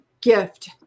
gift